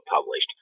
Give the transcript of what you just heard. published